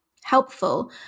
helpful